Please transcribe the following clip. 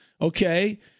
Okay